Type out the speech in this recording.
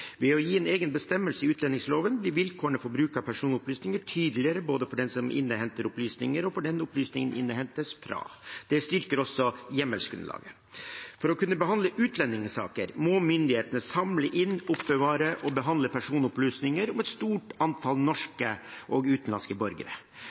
Ved å gi en egen bestemmelse i utlendingsloven blir vilkårene for bruk av personopplysninger tydeligere både for den som innhenter opplysninger, og for den opplysningene innhentes fra. Det styrker også hjemmelsgrunnlaget. For å kunne behandle utlendingssaker må myndighetene samle inn, oppbevare og behandle personopplysninger om et stort antall